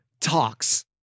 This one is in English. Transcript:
talks